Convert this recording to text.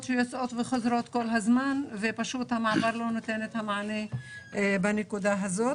שיוצאות וחוזרות כל הזמן ופשוט המעבר לא נותן את המענה בנקודה הזאת.